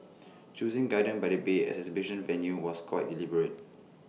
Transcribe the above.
choosing gardens by the bay as the exhibition venue was quite deliberate